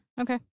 Okay